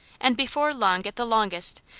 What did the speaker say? and before long at the longest,